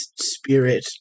spirit